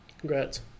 Congrats